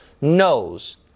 knows